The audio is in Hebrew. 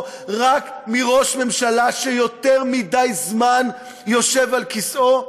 רק מראש ממשלה שיותר מדי זמן יושב על כיסאו?